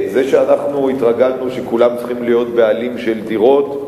זה שאנחנו התרגלנו שכולם צריכים להיות בעלים של דירות,